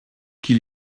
qu’il